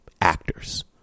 actors